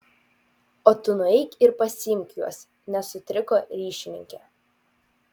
o tu nueik ir pasiimk juos nesutriko ryšininkė